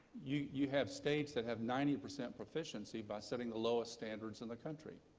you you have states that have ninety eight percent proficiency by setting the lowest standards in the country.